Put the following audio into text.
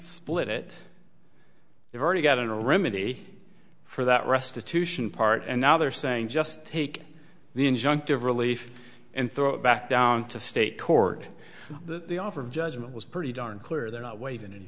split it they've already gotten a remedy for that restitution part and now they're saying just take the injunctive relief and throw it back down to state court the offer of judgment was pretty darn clear they're not wai